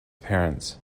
parents